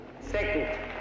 Second